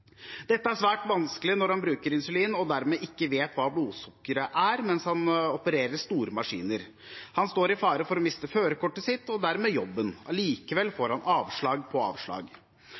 Dette er svært vanskelig når han bruker insulin og dermed ikke vet hva blodsukkeret er mens han opererer store maskiner. Han står i fare for å miste førerkortet sitt og dermed jobben. Allikevel får han avslag på avslag.